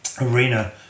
arena